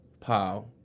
pow